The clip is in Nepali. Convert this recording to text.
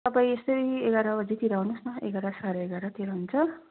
तपाईँ यस्तै एघार बजेतिर आउनुहोस् न एघार साढे एघारतिर हुन्छ